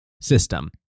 system